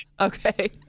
Okay